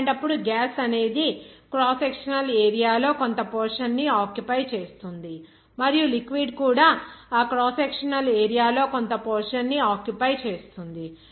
అలాంటప్పుడు గ్యాస్ అనేది cross sectional area లో కొంత పోర్షన్ ని ఆక్యుపై చేస్తుంది మరియు లిక్విడ్ కూడా ఆ క్రాస్ సెక్షనల్ ఏరియా లో కొంత పోర్షన్ ని ఆక్యుపై చేస్తుంది